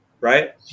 right